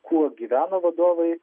kuo gyvena vadovai